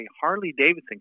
Harley-Davidson